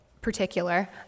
particular